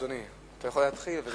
אדוני, אתה יכול להתחיל.